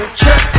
check